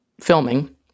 filming